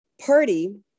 party